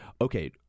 okay